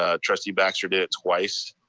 ah trustee baxter did it twice.